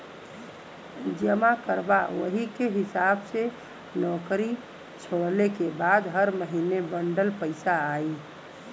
जमा करबा वही के हिसाब से नउकरी छोड़ले के बाद हर महीने बंडल पइसा आई